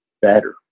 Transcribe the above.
better